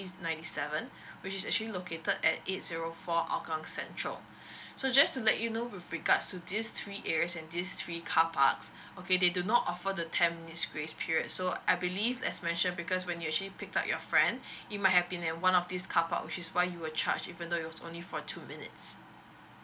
ninety seven which is actually located at eight zero four hougang central so just to let you know with regards to this three areas and this three carparks okay they do not offer the ten minutes grace period so I believe as mentioned because when you actually pick up your friend it might have been in one of these carpark which is why you were charged even though it was only for two minutes